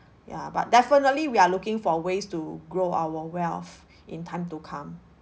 ya but definitely we are looking for ways to grow our wealth in time to come